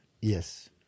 yes